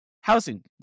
housing